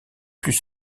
plus